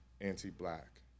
anti-black